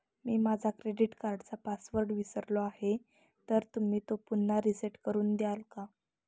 मी माझा क्रेडिट कार्डचा पासवर्ड विसरलो आहे तर तुम्ही तो पुन्हा रीसेट करून द्याल का?